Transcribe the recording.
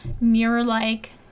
mirror-like